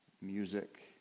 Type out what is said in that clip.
music